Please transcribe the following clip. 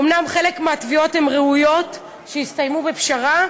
אומנם חלק מהתביעות הן ראויות, והסתיימו בפשרה,